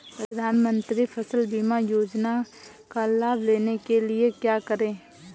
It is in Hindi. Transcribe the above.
प्रधानमंत्री फसल बीमा योजना का लाभ लेने के लिए क्या करें?